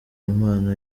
impano